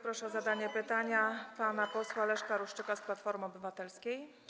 Proszę o zadanie pytania pana posła Leszka Ruszczyka z Platformy Obywatelskiej.